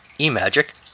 E-Magic